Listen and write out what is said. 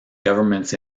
governments